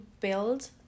build